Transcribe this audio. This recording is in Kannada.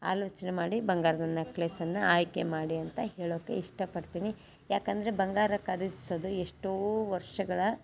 ಆಲೋಚನೆ ಮಾಡಿ ಬಂಗಾರದ ನೆಕ್ಲೆಸ್ಸನ್ನು ಆಯ್ಕೆ ಮಾಡಿ ಅಂತ ಹೇಳೋಕ್ಕೆ ಇಷ್ಟ ಪಡ್ತೀನಿ ಯಾಕಂದರೆ ಬಂಗಾರ ಖರೀದ್ಸೋದು ಎಷ್ಟೋ ವರ್ಷಗಳ